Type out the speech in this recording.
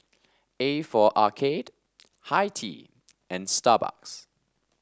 A for Arcade Hi Tea and Starbucks